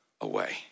away